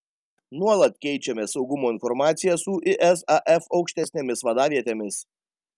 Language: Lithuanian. nuolat keičiamės saugumo informacija su isaf aukštesnėmis vadavietėmis